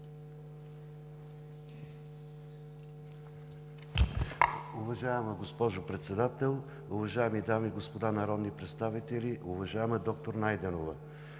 Уважаема госпожо Председател, уважаеми дами и господа народни представители! Уважаеми професор Михайлов,